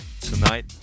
tonight